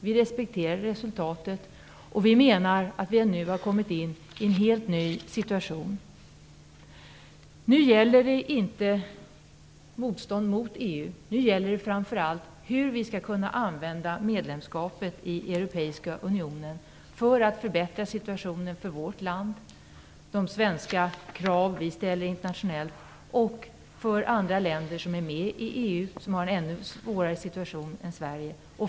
Vi respekterar resultatet och menar att vi nu har kommit in i en helt ny situation. Nu gäller det inte motstånd mot EU. Nu gäller det framför allt hur vi skall kunna använda medlemskapet i Europeiska unionen för att förbättra situationen för vårt land, för de svenska krav som vi ställer internationellt och för andra länder som är med i EU och som har en ännu svårare situation än Sverige.